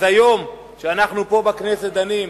אז היום, כשאנחנו פה בכנסת דנים,